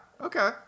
Okay